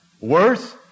worse